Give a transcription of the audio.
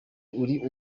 uri